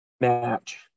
match